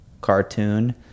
cartoon